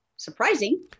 Surprising